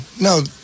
no